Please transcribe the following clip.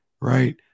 right